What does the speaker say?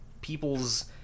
people's